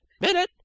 minute